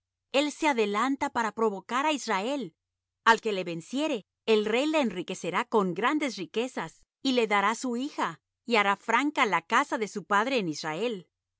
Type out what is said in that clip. él se adelanta para provocar á israel al que le venciere el rey le enriquecerá con grandes riquezas y le dará su hija y hará franca la casa de su padre en israel